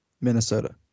Minnesota